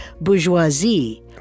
bourgeoisie